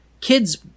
Kids –